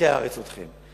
ותקא הארץ אתכם.